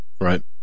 Right